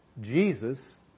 Jesus